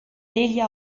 délia